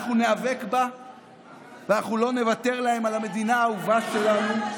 אנחנו ניאבק בה ואנחנו לא נוותר להם על המדינה האהובה שלנו.